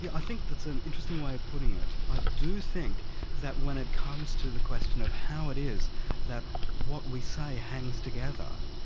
yeah i think that's an interesting way of putting it. i do think that when it comes to the question of how it is that what we say hangs together,